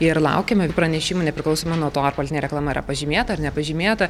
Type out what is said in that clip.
ir laukiame pranešimų nepriklausomai nuo to ar politinė reklama yra pažymėta ar nepažymėta